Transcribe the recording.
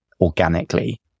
organically